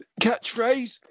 catchphrase